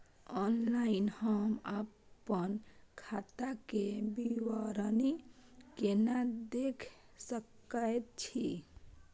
Online हम अपन खाता के विवरणी केना देख सकै छी?